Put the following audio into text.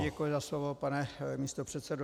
Děkuji za slovo, pane místopředsedo.